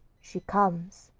she comes,